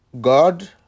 God